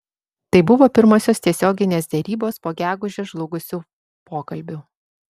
tai buvo pirmosios tiesioginės derybos po gegužę žlugusių pokalbių